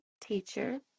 teacher